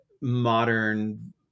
modern